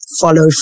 follow